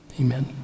amen